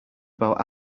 about